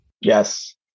Yes